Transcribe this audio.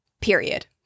period